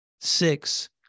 Six